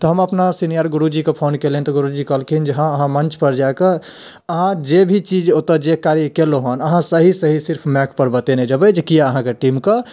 तऽ हम अपना सीनियर गुरुजी कऽ फोन कयलिअनि तऽ गुरुजी कहलखिन जे हाँ अहाँ मञ्च पर जाए कऽ अहाँ जे भी चीज ओतऽ जे कार्य कयलहुँ हन अहाँ सही सही सिर्फ माइक पर बतेने जयबै जे किए अहाँकऽ टीम कऽ